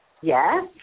Yes